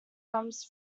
comes